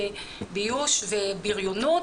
ביוש ובריונות